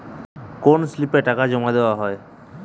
কোন স্লিপে টাকা জমাদেওয়া হয়?